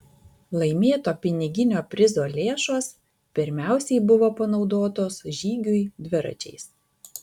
laimėto piniginio prizo lėšos pirmiausiai buvo panaudotos žygiui dviračiais